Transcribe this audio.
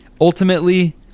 Ultimately